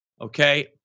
okay